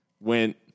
went